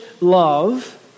love